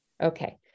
Okay